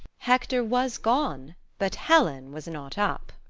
hector was gone but helen was not up.